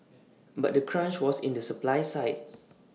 but the crunch was in the supply side